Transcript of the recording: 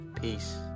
peace